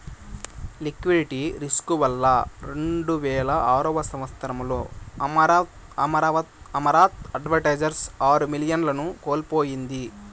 liquidity risk వల్ల రెండువేల ఆరవ సంవచ్చరంలో అమరత్ అడ్వైజర్స్ ఆరు మిలియన్లను కోల్పోయింది